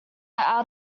out